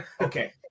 Okay